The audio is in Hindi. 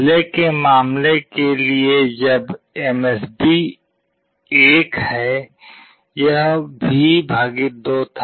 पहले के मामले के लिए जब MSB 1 है यह V 2 था